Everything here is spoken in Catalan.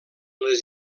les